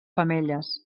femelles